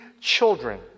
children